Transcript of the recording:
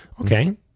okay